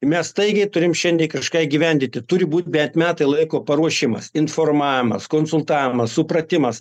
mes staigiai turim šiandien kažką įgyvendinti turi būti bent metai laiko paruošimas informavimas konsultavimas supratimas